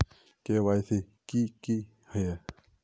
KYC की हिये है?